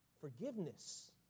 forgiveness